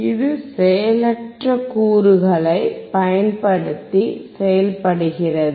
இது செயலற்ற கூறுகளை பயன்படுத்தி செய்யப்படுகிறது